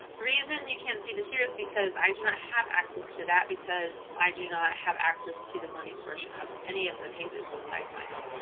the reason you can't see this here is because i do not have access to that because i do not have access to the money portion of any of the pages besides my own.